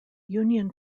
union